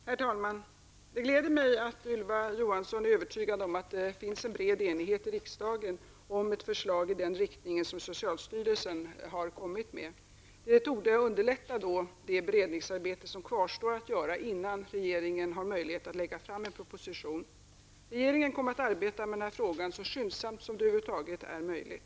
Herr talman! Det gläder mig att Ylva Johansson är övertygad om att det i riksdagen finns en bred enighet om att i den här frågan följa den riktning som socialstyrelsen har presenterat i sitt förslag. Det torde underlätta det beredningsarbete som kvarstår innan regeringen har möjlighet att lägga fram en proposition. Regeringen kommer att arbeta med den här frågan så skyndsamt som det över huvud taget är möjligt.